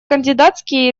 кандидатские